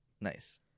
Nice